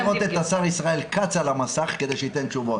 אבל אני הייתי רוצה לראות את השר ישראל כץ על המסך כדי שייתן תשובות.